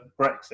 brexit